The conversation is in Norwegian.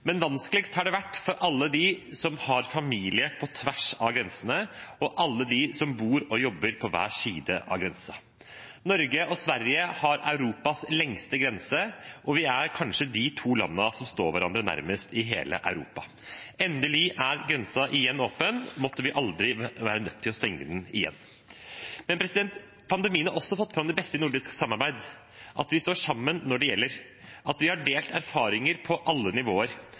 Vanskeligst har det vært for alle som har familie på tvers av grensen, og for alle som bor og jobber på tvers av grensen. Norge og Sverige har Europas lengste grense, og vi er kanskje de to landene som står hverandre nærmest i hele Europa. Endelig er grensen igjen åpen, måtte vi aldri være nødt til å stenge den igjen. Pandemien har også fått fram det beste i nordisk samarbeid, at vi står sammen når det gjelder, at vi har delt erfaringer på alle nivåer,